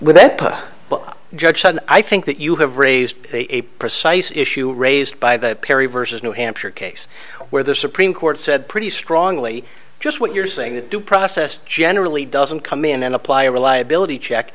said i think that you have raised the precise issue raised by the perry versus new hampshire case where the supreme court said pretty strongly just what you're saying that due process generally doesn't come in and apply reliability check